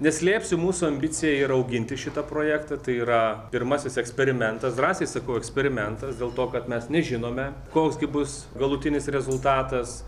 neslėpsiu mūsų ambicija yra auginti šitą projektą tai yra pirmasis eksperimentas drąsiai sakau eksperimentas dėl to kad mes nežinome koks gi bus galutinis rezultatas